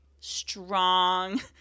strong